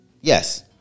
Yes